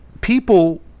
people